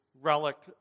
relic